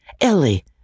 Ellie